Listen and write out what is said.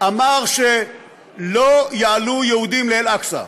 אמר שלא יעלו יהודים לאל-אקצא.